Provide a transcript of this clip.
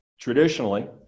traditionally